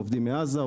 עובדים מעזה,